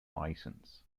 license